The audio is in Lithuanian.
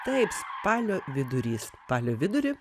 taip spalio vidurys spalio vidurį